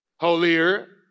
Holier